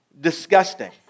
disgusting